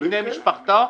לבני משפחתו,